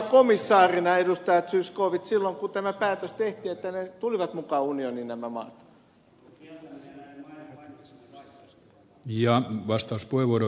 zyskowicz silloin kun tämä päätös tehtiin että ne tulivat mukaan unioniin nämä maat